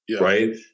Right